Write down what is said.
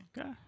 okay